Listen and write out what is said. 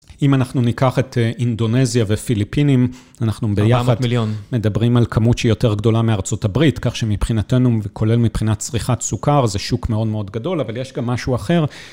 אם אנחנו ניקח את אינדונזיה ופיליפינים, אנחנו ביחד. ארבעה מאות מליון. מדברים על כמות שהיא יותר גדולה מארצות הברית, כך שמבחינתנו, וכולל מבחינת צריכת סוכר, זה שוק מאוד מאוד גדול, אבל יש גם משהו אחר.